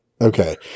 Okay